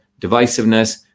divisiveness